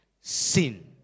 sin